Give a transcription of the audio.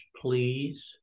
please